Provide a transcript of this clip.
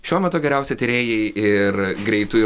šiuo metu geriausi tyrėjai ir greitu